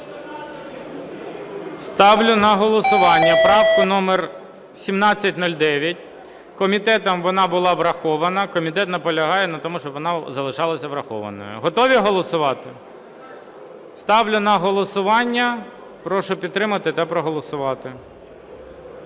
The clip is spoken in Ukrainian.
Ставлю на голосування правку номер 1709. Комітетом вона була врахована. Комітет наполягає на тому, щоб вона залишалася врахованою. Готові голосувати? Ставлю на голосування. Прошу підтримати та проголосувати.